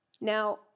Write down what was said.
Now